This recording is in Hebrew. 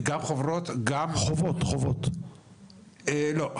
לא,